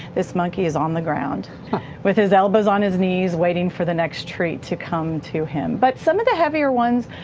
this monkey is on the ground with his elbows on his knees waiting for the next treat to come to him. but some of the heavier ones,